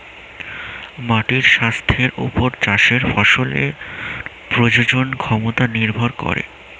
মাটির স্বাস্থ্যের ওপর চাষের ফসলের প্রজনন ক্ষমতা নির্ভর করে